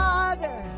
Father